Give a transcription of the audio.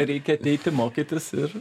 reikia ateiti mokytis ir